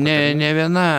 ne nė viena